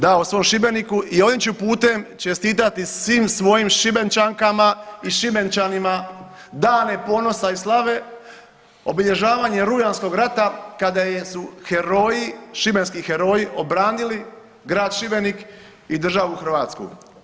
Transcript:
Da, o svom Šibeniku i ovim ću putem čestitati svim svojim Šibenčankama i Šibenčanima dane ponosa i slave obilježavanje rujanskoga rata kada jesu heroji, šibenski heroji obranili grad Šibenik i državu Hrvatsku.